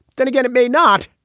then again, it may not.